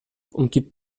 umgibt